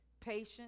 patience